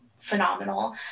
phenomenal